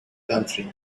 country